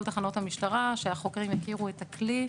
תחנות המשטרה כדי שהחוקרים יכירו את הכלי.